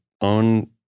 own